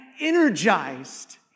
energized